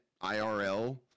IRL